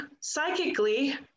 psychically